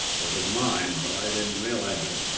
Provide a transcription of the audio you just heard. that was mine. but i didn't realize it.